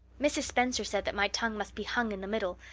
mrs. spencer said that my tongue must be hung in the middle.